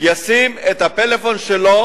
ישים את הפלאפון שלו